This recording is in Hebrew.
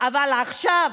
אבל עכשיו,